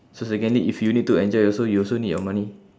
so again need if you need to enjoy also you also need your money